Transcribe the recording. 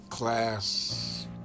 Class